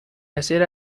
hacer